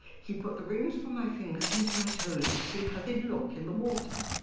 he put the rings for my fingers onto my toes to see how they'd look in the water.